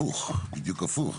הפוך, בדיוק הפוך.